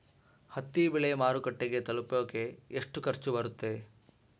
ಹತ್ತಿ ಬೆಳೆ ಮಾರುಕಟ್ಟೆಗೆ ತಲುಪಕೆ ಎಷ್ಟು ಖರ್ಚು ಬರುತ್ತೆ?